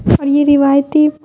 اور یہ روایتی